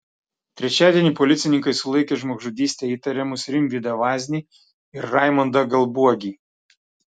trečiadienį policininkai sulaikė žmogžudyste įtariamus rimvydą vaznį ir raimondą galbuogį